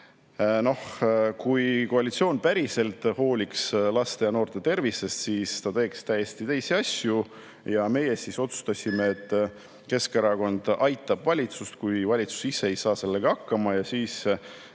Noh, kui koalitsioon päriselt hooliks laste ja noorte tervisest, siis ta teeks täiesti teisi asju. Meie otsustasime, et Keskerakond aitab valitsust, kui valitsus ise hakkama ei saa,